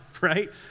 right